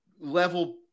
level